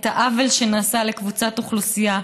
את העוול שנעשה לקבוצת אוכלוסייה,